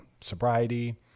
sobriety